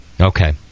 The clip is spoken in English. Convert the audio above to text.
Okay